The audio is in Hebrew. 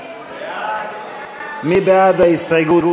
מי בעד ההסתייגות?